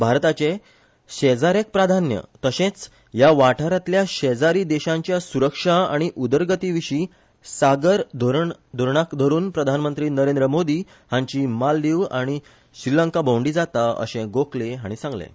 भारताचें शेजाऱ्याक प्राधान्य तर्शेच ह्या वाठारांतल्या शेजारी देशांच्या सुरक्षा आनी उदरगतीविशी सागर धोरणाक धरुन प्रधानमंत्री नरेंद्र मोदी हांची मालदिव आनी श्रीलंका भोंवडी जाता अशें गोखले हाणी सांगलें